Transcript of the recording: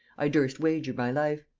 i durst wager my life.